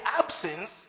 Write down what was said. absence